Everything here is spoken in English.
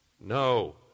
No